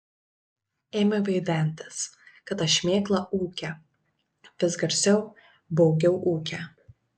ėmė vaidentis kad ta šmėkla ūkia vis garsiau baugiau ūkia